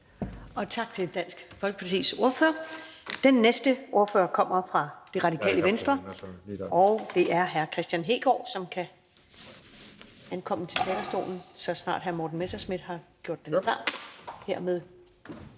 Tak til Dansk Folkepartis ordfører. Den næste ordfører kommer fra Radikale Venstre, og det er hr. Kristian Hegaard, som kan komme på talerstolen, så snart hr. Morten Messerschmidt har gjort den klar.